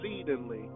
exceedingly